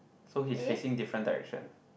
so he's facing different direction